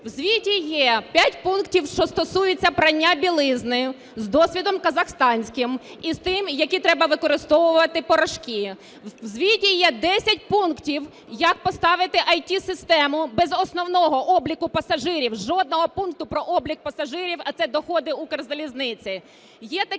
звіті є п'ять пунктів, що стосуються прання білизни з досвідом казахстанським і з тим, які треба використовувати порошки. В звіті є десять пунктів як поставити ІТ-систему, без основного обліку пасажирів, жодного пункту про облік пасажирів, а це доходи Укрзалізниці.